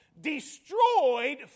destroyed